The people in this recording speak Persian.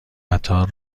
قطار